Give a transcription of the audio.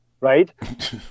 right